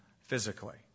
physically